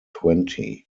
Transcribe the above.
twenty